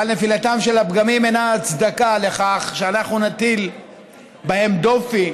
אבל נפילתם של הפגמים אינה הצדקה לכך שאנחנו נטיל בהן דופי,